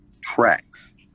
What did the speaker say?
tracks